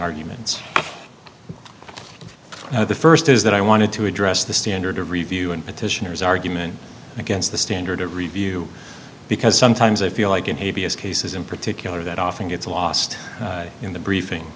arguments the first is that i wanted to address the standard of review and petitioners argument against the standard of review because sometimes i feel like an a b s cases in particular that often gets lost in the briefing